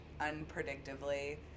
unpredictably